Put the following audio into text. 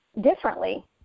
differently